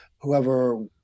whoever